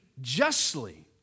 justly